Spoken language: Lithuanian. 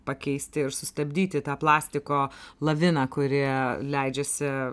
pakeisti ir sustabdyti tą plastiko laviną kuri leidžiasi